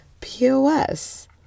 pos